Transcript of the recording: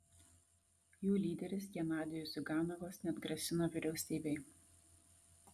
jų lyderis genadijus ziuganovas net grasino vyriausybei